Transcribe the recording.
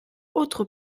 autre